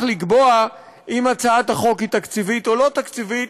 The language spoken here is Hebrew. לקבוע אם הצעת החוק היא תקציבית או לא תקציבית.